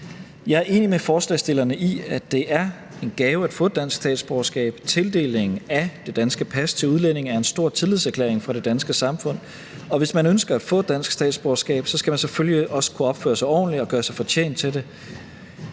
Jeg er enig med forslagsstillerne i, at det er en gave at få dansk statsborgerskab. Tildelingen af det danske pas til udlændinge er en stor tillidserklæring fra det danske samfund, og hvis man ønsker at få dansk statsborgerskab, skal man selvfølgelig også kunne opføre sig ordentligt og gøre sig fortjent til det.